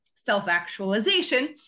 self-actualization